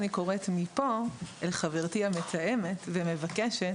אני קוראת מפה אל חברתי המתאמת ומבקשת